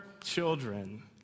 children